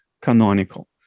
canonical